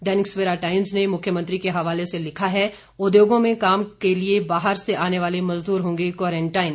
दैनिक Savera Times ने मुख्यमंत्री के हवाले से लिखा है उद्योगों में काम के लिए बाहर से आने वाले मजदूर होंगे क्वारंटाइन